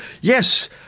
Yes